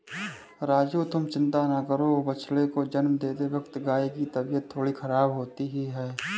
राजू तुम चिंता ना करो बछड़े को जन्म देते वक्त गाय की तबीयत थोड़ी खराब होती ही है